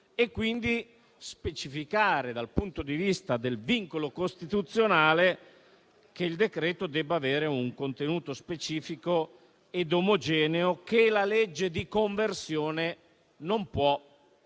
quindi specificare, dal punto di vista del vincolo costituzionale, che il decreto deve avere un contenuto specifico e omogeneo, che la legge di conversione non può ampliare.